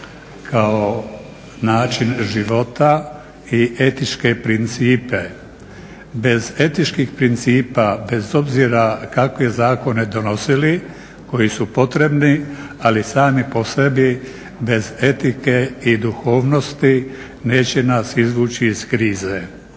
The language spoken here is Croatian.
kao način života i etičke principe. Bez etičkih principa, bez obzira kakve zakone donosili koji su potrebni, ali sami po sebi bez etike i duhovnosti neće nas izvući iz krize.